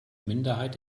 minderheit